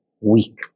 weak